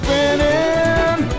Spinning